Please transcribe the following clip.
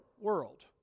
world